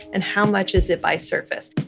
and how much is it by surface?